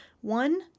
One